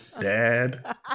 dad